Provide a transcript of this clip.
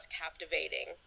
captivating